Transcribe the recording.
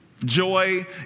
Joy